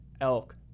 elk